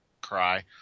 cry